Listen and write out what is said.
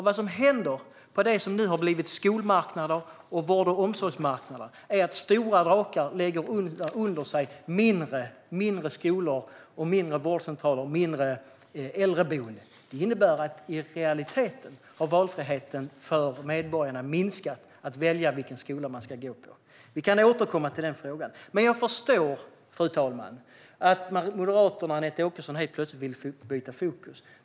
Vad som händer på det som nu har blivit skolmarknader och vård och omsorgsmarknader är nämligen att stora drakar lägger under sig mindre skolor, mindre vårdcentraler och mindre äldreboenden. Det innebär i realiteten att valfriheten för medborgarna minskar när det till exempel gäller att välja vilken skola man ska gå på. Vi kan återkomma till den frågan. Men jag förstår, fru talman, att Moderaterna och Anette Åkesson helt plötsligt vill byta fokus.